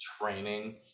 training